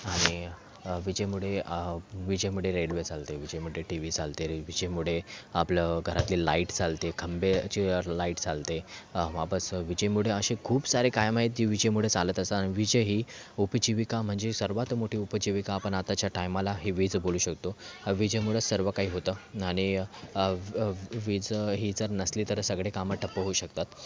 आणि विजेमुळे विजेमुळे रेल्वे चालते विजेमुळे टी वी चालते विजेमुळे आपलं घरातली लाईट चालते खंब्याची लाईट चालते वापस विजेमुळे असे खूप सारे काय माहिती विजेमुळे चालत असंन वीज ही उपजीविका म्हणजे सर्वात मोठी उपजीविका आपण आताच्या टायमाला ही वीज बोलू शकतो विजेमुळं सर्व काही होतं आणि व व वीज ही जर नसली तर सगळे कामं ठप्प होऊ शकतात